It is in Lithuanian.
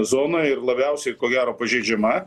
zona ir labiausiai ko gero pažeidžiama